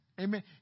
Amen